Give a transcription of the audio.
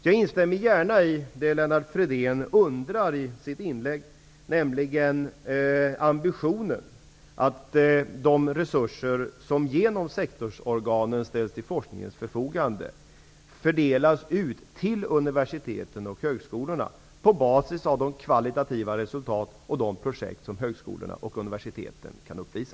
Jag instämmer gärna i en undran i Lennart Fridéns inlägg, nämligen när det gäller ambitionen att de resurser som genom sektorsorganen ställs till forskningens förfogande fördelas ut till universiteten och högskolorna på basis av de kvalitativa resultat och de projekt som universiteten och högskolorna kan uppvisa.